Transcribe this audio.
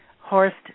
Horst